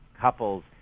couples